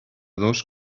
dos